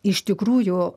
iš tikrųjų